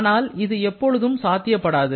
ஆனால் இது எப்பொழுதும் சாத்தியப்படாது